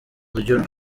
buryo